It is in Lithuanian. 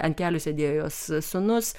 ant kelių sėdėjo jos sūnus